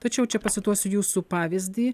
tačiau čia pacituosiu jūsų pavyzdį